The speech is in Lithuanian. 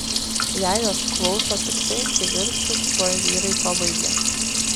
jei jos klauso tiktai kivirčus tuoj vyrai pabaigia